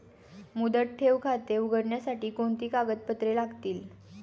मुदत ठेव खाते उघडण्यासाठी कोणती कागदपत्रे लागतील?